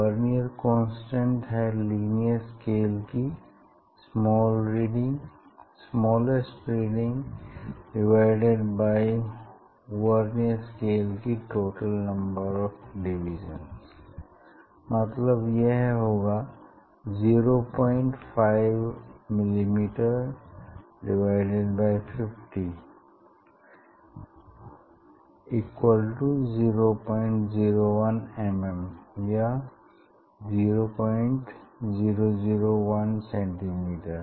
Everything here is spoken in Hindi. वेर्नियर कांस्टेंट है लीनियर स्केल की smallest reading divided by vernier scale की टोटल नम्बर ऑफ़ डिविज़न्स मतलब यह होगा 05 mm 50 001 mm या 0001 सेंटीमीटर